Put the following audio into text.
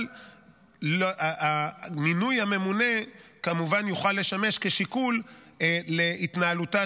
אבל מינוי הממונה כמובן יוכל לשמש כשיקול להתנהלותו